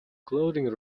clothing